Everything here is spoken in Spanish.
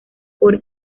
por